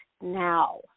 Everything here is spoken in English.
now